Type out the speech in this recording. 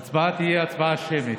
ההצבעה תהיה הצבעה שמית.